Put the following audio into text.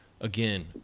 again